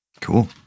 Cool